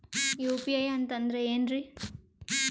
UPI ಅಂತಂದ್ರೆ ಏನ್ರೀ?